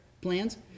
plans